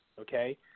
Okay